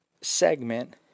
segment